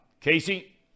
Casey